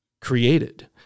created